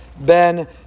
Ben